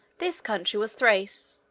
this country was thrace.